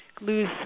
lose